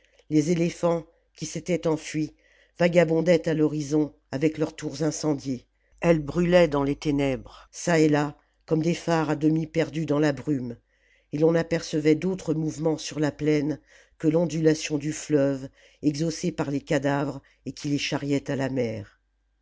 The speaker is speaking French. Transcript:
les éléphants qui s'étaient enfuis vagabondaient à l'horizon avec leurs tours incendiées elles brûlaient dans les ténèbres çà et là comme des phares à demi perdus dans la brume et l'on n'apercevait d'autre mouvement sur la plaine que l'ondulation du fleuve exhaussé par les cadavres et qui les charriait à la mer